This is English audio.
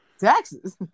Taxes